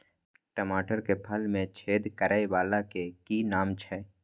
टमाटर के फल में छेद करै वाला के कि नाम छै?